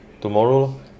Tomorrow